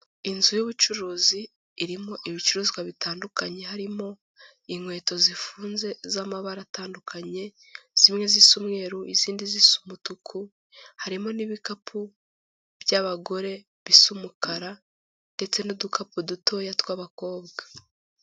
Inzu y'ubucuruzi irimo ibicuruzwa bitandukanye harimo inkweto zifunze z'amabara atandukanye, zimwe zisa umweru, izindi zisa umutuku, harimo n'ibikapu by'abagore bisa umukara ndetse n'udukapu dutoya tw'abakobwa.